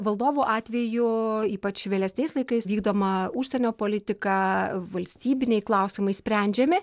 valdovų atveju ypač vėlesniais laikais vykdomą užsienio politika valstybiniai klausimai sprendžiami